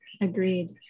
Agreed